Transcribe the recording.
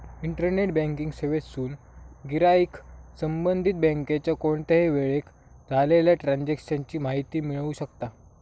internet banking सेवेतसून गिराईक संबंधित बँकेच्या कोणत्याही वेळेक झालेल्या ट्रांजेक्शन ची माहिती मिळवू शकता